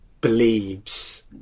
believes